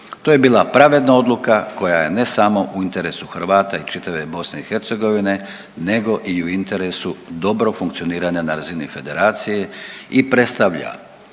To je bila pravedna odluka koja je ne samo u interesu Hrvata i čitave BiH nego i u interesu dobrog funkcioniranja na razini federacije i predstavlja